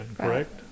correct